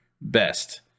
Best